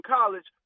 College